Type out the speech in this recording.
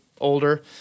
older